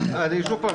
ככה.